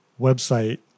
website